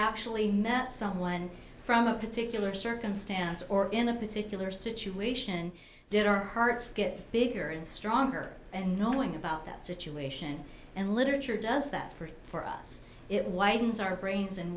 actually met someone from a particular circumstance or in a particular situation did our hearts get bigger and stronger and knowing about that situation and literature does that free for us it widens our brains in